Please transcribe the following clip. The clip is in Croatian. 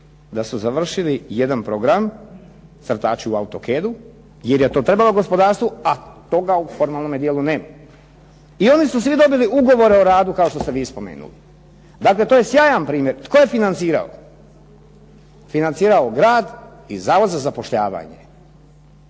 da su završili jedan program crtači u AutoCAD-u jer je to trebalo gospodarstvu a toga u formalnome dijelu nema. I oni su svi dobili ugovore o radu kao što ste vi spomenuli. Dakle, to je sjajan primjer. Tko je financirao? Financirao je grad i Zavod za zapošljavanje.